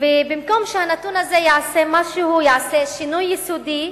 במקום שהנתון הזה יעשה משהו, יעשה שינוי יסודי,